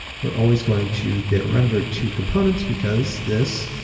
we are always going to get rendered two components because this,